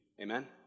Amen